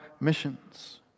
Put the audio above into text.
missions